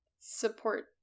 support